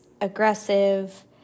aggressive